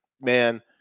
man